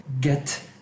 get